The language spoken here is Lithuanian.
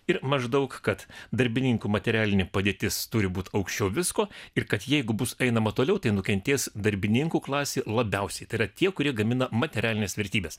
ir maždaug kad darbininkų materialinė padėtis turi būti aukščiau visko ir kad jeigu bus einama toliau tai nukentės darbininkų klasė labiausiai tai yra tie kurie gamina materialines vertybes